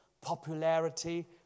popularity